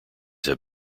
have